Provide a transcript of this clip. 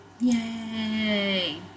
Yay